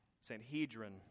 Sanhedrin